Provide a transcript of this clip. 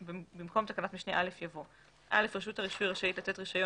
במקום תקנת משנה (א) יבוא: "(א) רשות הרישוי רשאית לתת רישיון